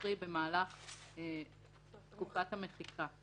קרי, במהלך תקופת המחיקה,